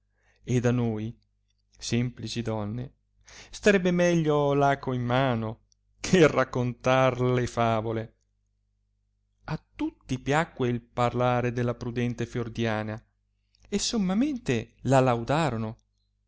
ed a noi semplici donne starebbe meglio l'aco in mano che raccontare le favole a tutti piacque il parlare della prudente fiordiana e sommamente la laudarono